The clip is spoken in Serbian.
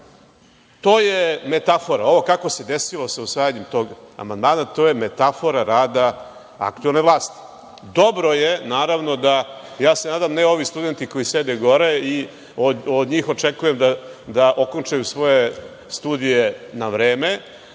je metafora. Ovo kako se desilo sa usvajanjem tog amandmana, to je metafora rada aktuelne vlasti. Dobro je, ja se nadam, ne ovi studenti koji sede gore i od njih očekujem da okončaju svoje studije na vreme,